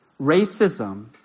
racism